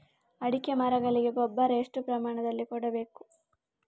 ಅಡಿಕೆ ಮರಗಳಿಗೆ ಗೊಬ್ಬರ ಎಷ್ಟು ಪ್ರಮಾಣದಲ್ಲಿ ಕೊಡಬೇಕು?